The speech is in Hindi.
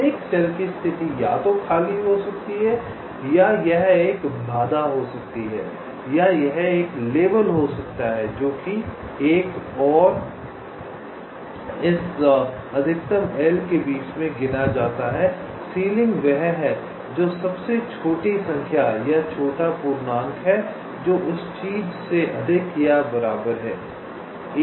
प्रत्येक सेल की स्थिति या तो खाली हो सकती है या यह एक बाधा हो सकती है या यह एक लेबल हो सकता है जो कि 1 और इस अधिकतम L के बीच में गिना जाता है सीलिंग वह है जो सबसे छोटी संख्या या छोटा पूर्णांक है जो उस चीज से अधिक या बराबर है